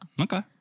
Okay